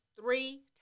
three